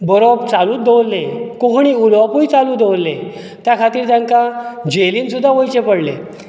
बरोवप चालूच दवरले कोंकणी उलोवपूय चालू दवरले त्या खातीर तांकां जेलीन सुद्दां वयचे पडले